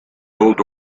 old